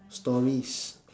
stories